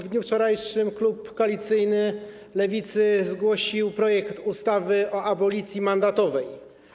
Wczoraj klub koalicyjny Lewicy zgłosił projekt ustawy o abolicji mandatowej.